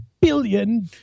billion